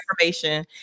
information